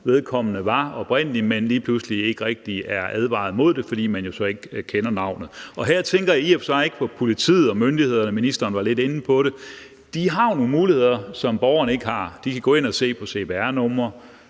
vedkommende var oprindelig, men at de lige pludselig ikke rigtig er blevet advaret imod det, fordi de jo så ikke kender navnet. Her tænker jeg i og for sig ikke på politiet og myndighederne – ministeren var lidt inde på det – for de har jo nogle muligheder, som borgerne ikke har. De kan gå ind og se på cpr-numre